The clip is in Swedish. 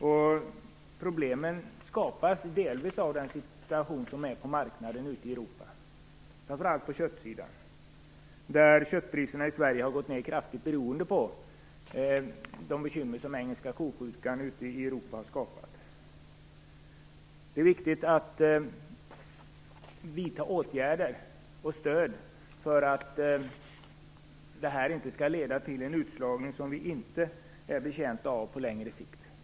Dessa problem skapas delvis av situationen på marknaden ute i Europa, framför allt på köttsidan. Köttpriserna i Sverige har gått ned kraftigt beroende på de bekymmer som galna ko-sjukan i England skapat ute i Europa. Det är viktigt att vidta åtgärder och ge stöd för att inte detta skall leda till utslagning som vi inte är betjänta av på längre sikt.